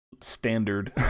standard